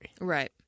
Right